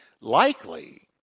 Likely